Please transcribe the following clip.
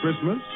Christmas